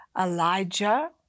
Elijah